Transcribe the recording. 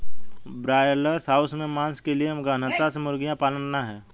broiler house में मांस के लिए गहनता से मुर्गियां पालना है